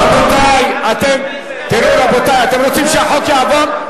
רבותי, אתם רוצים שהחוק יעבור?